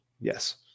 Yes